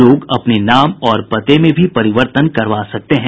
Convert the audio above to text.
लोग अपने नाम और पते में भी परिवर्तन करवा सकते हैं